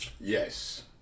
Yes